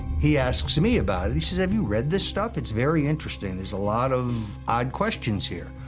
he asks me about it. he says, have you read this stuff? it's very interesting, there's a lot of odd questions here.